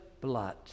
blood